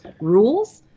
rules